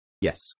Yes